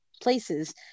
places